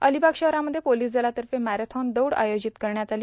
अलिबाग शहरामध्ये पोलीस दलातर्फे मॅरेथॉन दौड आयोजित करण्यात आली